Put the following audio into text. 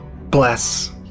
Bless